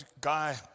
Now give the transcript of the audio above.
guy